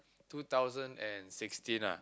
two thousand and sixteen ah